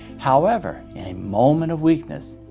however, in a moment of weakness,